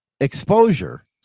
exposure